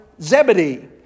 Zebedee